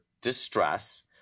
distress